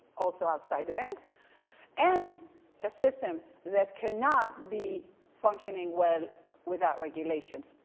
also outside the banks and a system that cannot be functioning well without regulations.